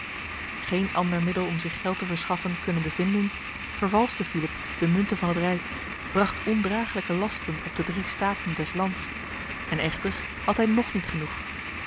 geen ander middel om zich geld te verschaffen kunnende vinden vervalste philippe de munten van het rijk bracht ondraaglijke lasten op de drie staten des lands en echter had hij nog niet genoeg